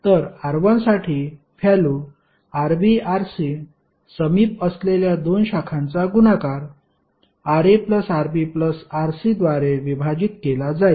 तर R1 साठी value RbRc समीप असलेल्या 2 शाखांचा गुणाकार Ra Rb Rc द्वारे विभाजित केला जाईल